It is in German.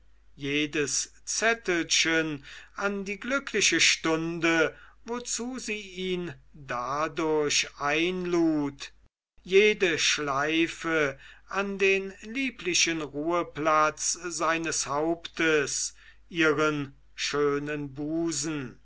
jedes zettelchen an die glückliche stunde wozu sie ihn dadurch einlud jede schleife an den lieblichen ruheplatz seines hauptes ihren schönen busen